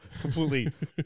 completely